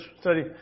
study